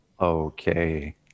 Okay